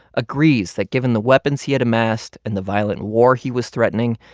agrees that given the weapons he had amassed and the violent war he was threatening,